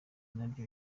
naryo